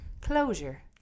closure